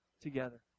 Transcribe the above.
together